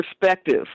perspective